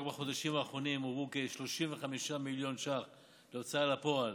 רק בחודשים האחרונים הועברו כ-35 מיליון שקלים להוצאה לפועל